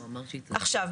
עכשיו,